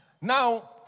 Now